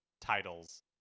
titles